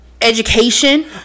education